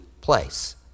place